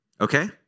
okay